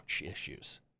issues